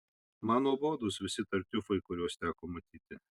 man nuobodūs visi tartiufai kuriuos teko matyti